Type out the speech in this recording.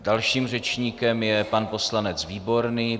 Dalším řečníkem je pan poslanec Výborný.